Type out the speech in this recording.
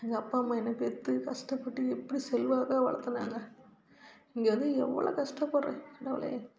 எங்கள் அப்பா அம்மா என்னைய பெற்று கஷ்டப்பட்டு எப்படி செல்வாக்காக வளர்த்துனாங்க இங்கே வந்து எவ்வளோ கஷ்டப்படுறேன் கடவுளே